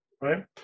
right